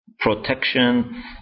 Protection